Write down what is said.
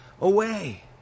away